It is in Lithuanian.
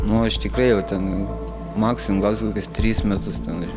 nu aš tikrai jau ten maksimum gausiu kokius tris metus tenai